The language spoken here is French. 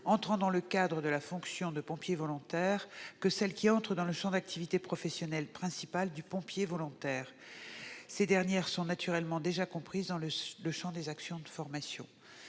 entrant dans le cadre de la fonction de sapeur-pompier volontaire que celles qui entrent dans le champ d'activité professionnelle principal du sapeur-pompier volontaire. Or ces dernières sont naturellement déjà comprises dans le champ des actions de formation.